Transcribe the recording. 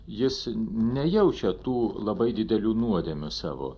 jis nejaučia tų labai didelių nuodėmių savo